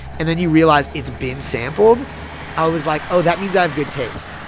and then you realize, it's been sampled i was like, oh, that means i have good taste.